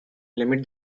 limit